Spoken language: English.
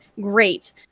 great